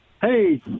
Hey